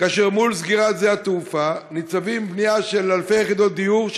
כאשר מול סגירת שדה-התעופה ניצבת בנייה של אלפי יחידות דיור,